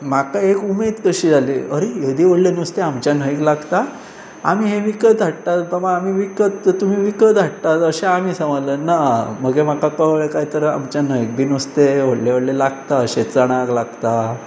म्हाका एक उमेद कशी जाली अरे एदें व्हडलें नुस्तें आमच्या न्हंयेक लागता आमी हें विकत हाडटात बाबा आमी विकत तुमी विकत हाडटात अशें आमी समजलें ना मगेर म्हाका कळ्ळें काय तर आमच्या न्हंयेक बी नुस्तें व्हडलें व्हडलें लागता अशें चणाक लागता